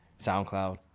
SoundCloud